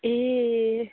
ए